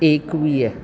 एकवीह